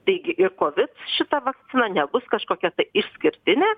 taigi ir kovid šita vakcina nebus kažkokia išskirtinė